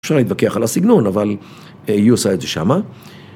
אפשר להתווכח על הסגנון, אבל היא עושה את זה שמה.